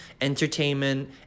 entertainment